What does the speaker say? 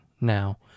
now